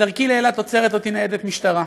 בדרכי לאילת עוצרת אותי ניידת משטרה,